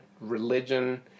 religion